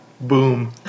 Boom